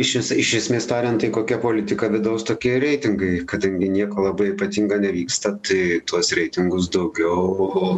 iš es iš esmės tariant tai kokia politika vidaus tokie ir reitingai kadangi nieko labai ypatinga nevyksta tai tuos reitingus daugiau